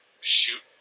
shoot